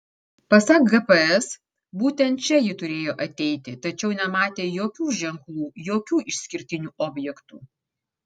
pasak gps būtent čia ji turėjo ateiti tačiau nematė jokių ženklų jokių išskirtinių objektų